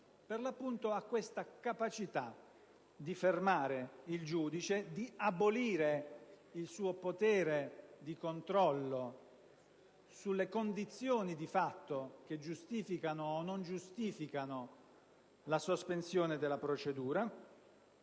per l'appunto la capacità di fermare il giudice, di abolire il suo potere di controllo sulle condizioni di fatto che giustificano o non giustificano la sospensione della procedura.